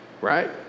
right